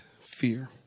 fear